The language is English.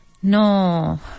no